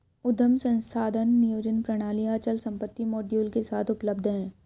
उद्यम संसाधन नियोजन प्रणालियाँ अचल संपत्ति मॉड्यूल के साथ उपलब्ध हैं